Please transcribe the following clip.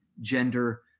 gender